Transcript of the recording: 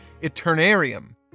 Eternarium